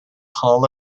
hall